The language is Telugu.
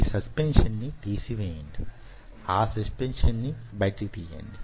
ఈ సస్పెన్షన్ తీసి వేయండి ఆ సస్పెన్షన్ తీసి వేయండి